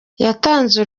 yatanze